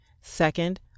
Second